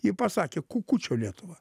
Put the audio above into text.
ji pasakė kukučio lietuva